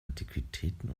antiquitäten